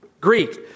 Greek